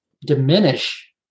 diminish